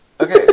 Okay